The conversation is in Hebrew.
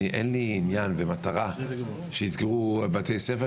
אין לי עניין ומטרה שיסגרו בתי ספר,